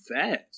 fast